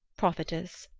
prophetess!